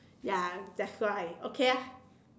ya that's right okay ah